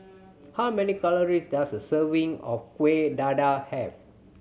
how many calories does a serving of Kuih Dadar have